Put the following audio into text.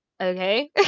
okay